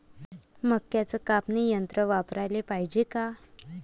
मक्क्याचं कापनी यंत्र वापराले पायजे का?